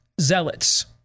zealots